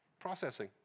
processing